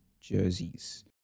jerseys